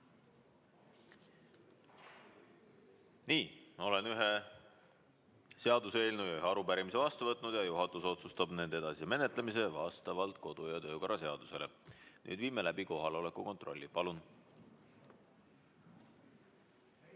Nii. Olen ühe seaduseelnõu ja ühe arupärimise vastu võtnud ning juhatus otsustab nende edasise menetlemise vastavalt kodu- ja töökorra seadusele. Nüüd viime läbi kohaloleku kontrolli. Palun!